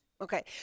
Okay